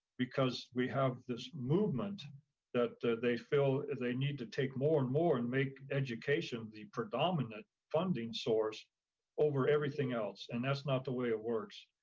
because we have this movement that they feel they need to take more and more and make education the predominant funding source over everything else. and that's not the way it works.